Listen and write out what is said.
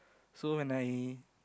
so when I